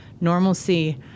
normalcy